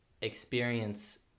Experience